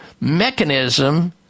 mechanism